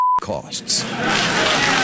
costs